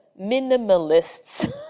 Minimalists